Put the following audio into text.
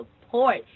support